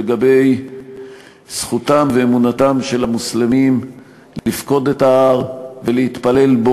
לגבי זכותם ואמונתם של המוסלמים לפקוד את ההר ולהתפלל בו.